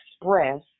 express